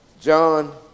John